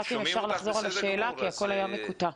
אם אפשר לחזור על השאלה כי הכול היה מקוטע.